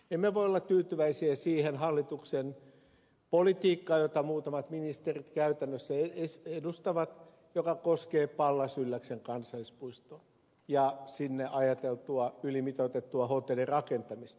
emme voi olla tyytyväisiä siihen hallituksen politiikkaan jota muutamat ministerit käytännössä edustavat ja joka koskee pallas ylläksen kansallispuistoa ja sinne ajateltua ylimitoitettua hotellirakentamista